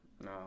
No